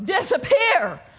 disappear